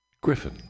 Griffin